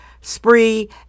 spree